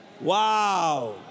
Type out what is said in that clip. Wow